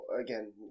again